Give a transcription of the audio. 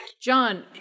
John